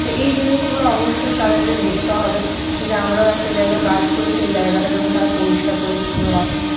তো এই জিনিসগুলো অবশ্যই তাদেরকে দেখতে হবে যা আমরাও একটা জায়গায় বাস করি সেই জায়গায়টা যেন তারা পরিষ্কার পরিচ্ছন্ন রাখে